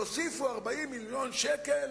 תוסיפו 40 מיליון שקל